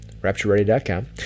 raptureready.com